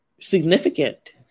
significant